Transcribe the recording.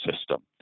system